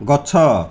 ଗଛ